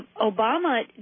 Obama